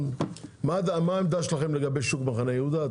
מה העמדה שלכם לגבי שוק מחנה יהודה?